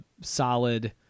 solid